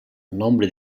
nombre